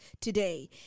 today